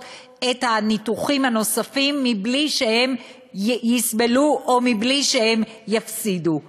את הניתוחים הנוספים בלי שהם יסבלו או בלי שהם יפסידו.